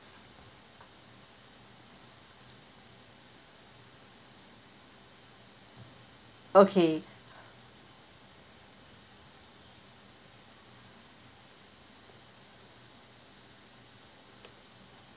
okay